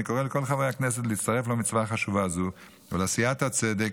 אני קורא לכל חברי הכנסת להצטרף למצווה החשובה הזו ולעשיית הצדק,